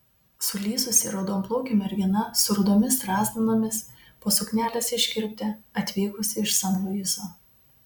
sulysusi raudonplaukė mergina su rudomis strazdanomis po suknelės iškirpte atvykusi iš san luiso